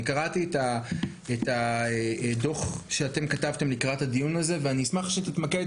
אני קראתי את הדוח שכתבתם לקראת הדיון הזה ואני אשמח שתתמקד,